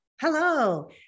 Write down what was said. Hello